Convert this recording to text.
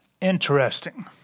Interesting